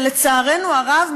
שלצערנו הרב,